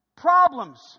problems